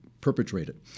perpetrated